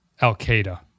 Al-Qaeda